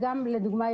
לדוגמא,